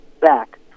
back